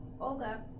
Olga